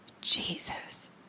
Jesus